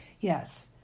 yes